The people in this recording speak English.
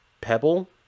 pebble